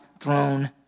throne